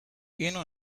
اینو